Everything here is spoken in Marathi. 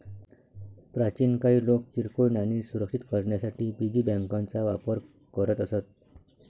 प्राचीन काळी लोक किरकोळ नाणी सुरक्षित करण्यासाठी पिगी बँकांचा वापर करत असत